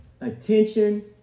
attention